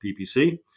PPC